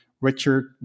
Richard